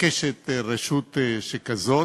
מתבקשת רשות כזאת.